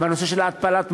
והנושא של התפלת המים,